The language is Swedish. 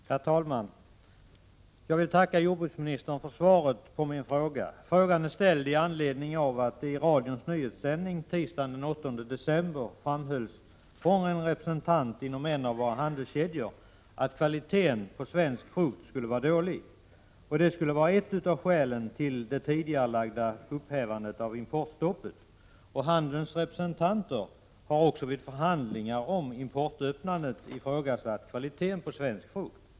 Herr talman! Jag tackar jordbruksministern för svaret på min fråga. Frågan framställdes med anledning av att en representant för en av våra handelskedjor i radions nyhetssändning tisdagen den 8 december framhöll att kvaliteten på svensk frukt var dålig. Det skulle vara ett av skälen till tidigareläggandet av upphävandet av importstoppet. Vidare har handelns representanter vid förhandlingar om påbörjandet av importen ifrågasatt kvaliteten på svensk frukt.